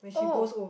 oh